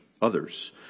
others